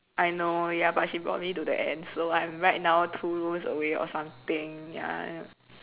I know ya but she brought me to the end so I am right now two rooms away or something ya